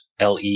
LE